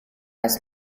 das